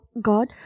God